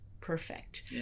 perfect